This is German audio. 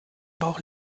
bauch